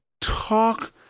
talk